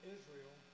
Israel